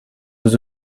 vous